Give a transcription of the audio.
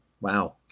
Wow